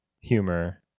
humor